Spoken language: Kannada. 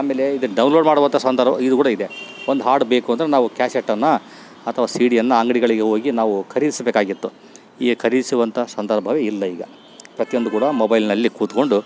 ಆಮೇಲೆ ಇದು ಡೌನ್ಲೋಡ್ ಮಾಡುವಂಥ ಸಂದರ್ಭ ಇದು ಕೂಡ ಇದೆ ಒಂದು ಹಾಡು ಬೇಕು ಅಂದರೆ ನಾವು ಕ್ಯಾಸೆಟನ್ನು ಅಥವ ಸೀ ಡಿಯನ್ನ ಅಂಗಡಿಗಳಿಗೆ ಹೋಗಿ ನಾವು ಖರೀದಿಸ್ಬೇಕಾಗಿತ್ತು ಈಗ ಖರೀದಿಸುವಂಥ ಸಂದರ್ಭವು ಇಲ್ಲ ಈಗ ಪ್ರತಿಯೊಂದು ಕೂಡ ಮೊಬೈಲ್ನಲ್ಲಿ ಕುತ್ಕೊಂಡು